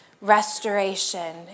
restoration